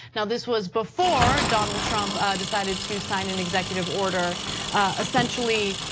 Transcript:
and this was before donald trump decided to sign an executive order essentially